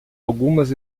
algumas